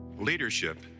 Leadership